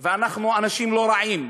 ואנחנו אנשים לא רעים.